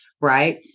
right